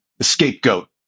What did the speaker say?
scapegoat